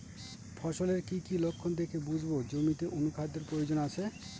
ফসলের কি কি লক্ষণ দেখে বুঝব জমিতে অনুখাদ্যের প্রয়োজন আছে?